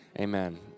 amen